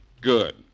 Good